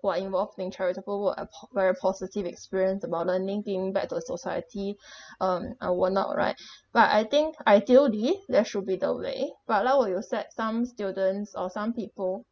who are involve in charitable work a po~ very positive experience about learning giving back to the society um and whatnot right but I think ideally that should be the way but like what you said some students or some people